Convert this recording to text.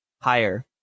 higher